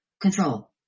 Control